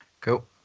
cool